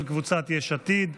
קבוצת סיעת יש עתיד,